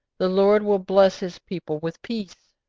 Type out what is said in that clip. the lord will bless his people with peace!